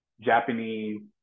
Japanese